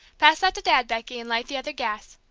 pass that to dad, becky, and light the other gas.